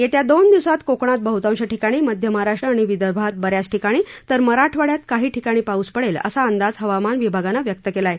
येत्या दोन दिवसांत कोकणात बहतांश ठिकाणी मध्य महाराष्ट्र आणि विदर्भात ब याच ठिकणी तर मराठवाड्यात काही ठिकाणी पाऊस पडेल असा अंदाज हवामान विभागानं व्यक्त केला आहे